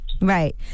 Right